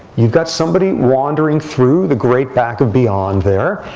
you've got somebody wandering through the great back of beyond there.